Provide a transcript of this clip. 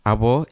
Abo